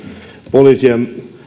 poliisien